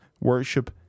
worship